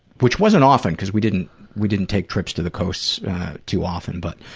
which wasn't often because we didn't we didn't take trips to the coasts too often, but